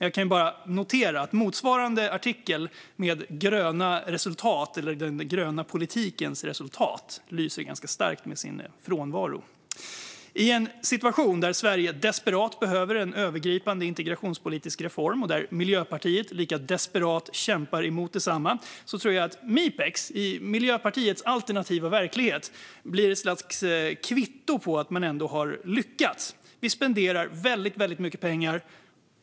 Jag kan bara notera att motsvarande artikel med den gröna politikens resultat lyser ganska starkt med sin frånvaro. I en situation där Sverige desperat behöver en övergripande integrationspolitisk reform och där Miljöpartiet lika desperat kämpar emot detsamma tror jag att Mipex i Miljöpartiets alternativa verklighet blir ett slags kvitto på att man ändå har lyckats. Vi spenderar väldigt mycket pengar.